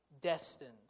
destined